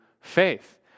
faith